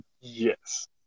Yes